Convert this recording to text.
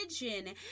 religion